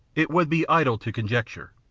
it would be idle to conjecture.